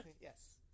Yes